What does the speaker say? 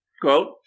quote